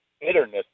bitterness